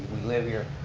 we live here,